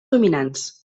dominants